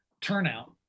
turnout